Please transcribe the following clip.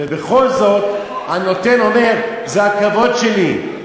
ובכל זאת הנותן אומר: זה הכבוד שלי,